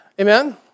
Amen